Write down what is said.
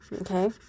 okay